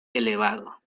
elevado